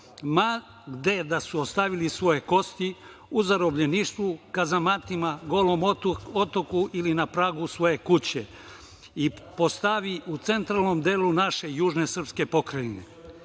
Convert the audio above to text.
ma gde da su ostavili svoje kosti, u zarobljeništvu, kazamatima, Golom otoku ili na pragu svoje kuće, i postavi u centralnom delu naše južne srpske pokrajine. Na